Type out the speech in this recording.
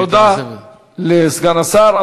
תודה לסגן השר.